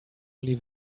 leave